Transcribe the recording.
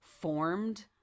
formed